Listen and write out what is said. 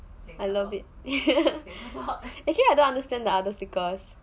very nice I love it actually I don't understand the other stickers